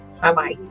Bye-bye